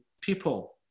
people